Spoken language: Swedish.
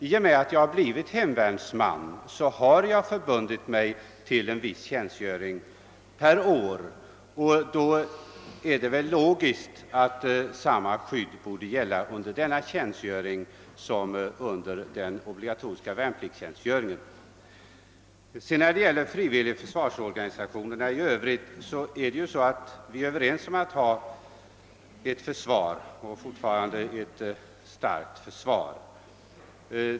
I och med att jag blivit hemvärnsman har jag förbundit mig att fullgöra ett visst mått av tjänstgöring per år, och då är det väl logiskt att samma skydd gäller under denna tjänstgöring som under den obligatoriska värnpliktstjänstgöringen. När det gäller de frivilliga försvarsorganisationerna i Övrigt, så är vi ju överens om att ha ett försvar och fortfarande ett starkt försvar.